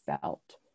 felt